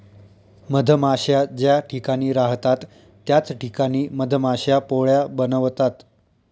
मधमाश्या ज्या ठिकाणी राहतात त्याच ठिकाणी मधमाश्या पोळ्या बनवतात